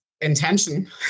intention